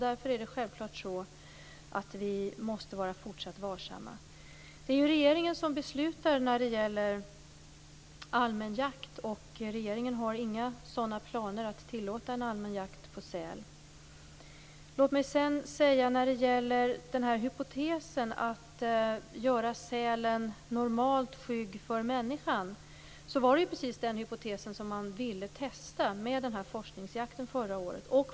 Därför måste vi vara fortsatt varsamma. Regeringen fattar beslut om allmän jakt. Regeringen har inga planer på att tillåta allmän jakt på säl. Det fanns en hypotes om att göra sälar normalt skygga för människan. Den hypotesen testades i samband med forskningsjakten förra året.